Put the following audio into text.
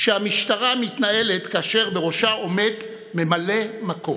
המשטרה מתנהלת כאשר בראשה עומד ממלא מקום.